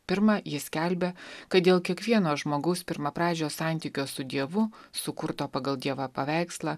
pirma ji skelbia kad dėl kiekvieno žmogaus pirmapradžio santykio su dievu sukurto pagal dievo paveikslą